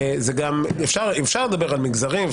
אפשר לדבר על מגזרים,